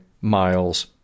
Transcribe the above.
miles